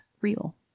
real